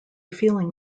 feeling